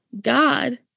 God